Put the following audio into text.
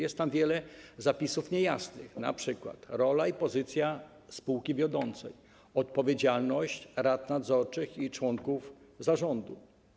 Jest tam wiele niejasnych zapisów, np. rola i pozycja spółki wiodącej, odpowiedzialność rad nadzorczych i członków zarządu.